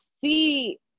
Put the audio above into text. see